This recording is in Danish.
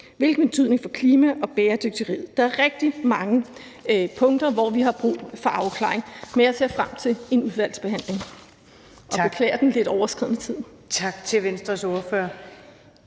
hvilken betydning har det for klima og bæredygtighed? Der er rigtig mange punkter, hvor vi har brug for afklaring, men jeg ser frem til en udvalgsbehandling. Og jeg beklager den lidt overskredne tid. Kl. 19:49 Første